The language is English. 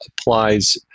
applies